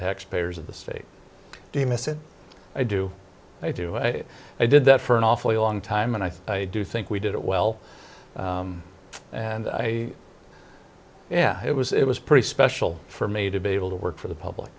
taxpayers of the state do you miss it i do i do it i did that for an awfully long time and i thought i do think we did it well and i and it was it was pretty special for me to be able to work for the public